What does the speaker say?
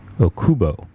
Okubo